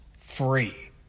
free